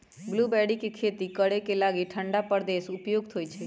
blueberry के खेती करे लागी ठण्डा प्रदेश उपयुक्त होइ छै